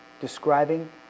describing